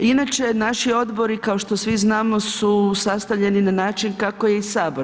Inače naši odbori kao što svi znamo su sastavljeni na način kako je i Sabor.